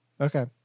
okay